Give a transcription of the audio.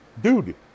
Dude